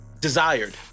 desired